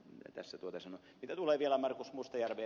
mitä tulee vielä ed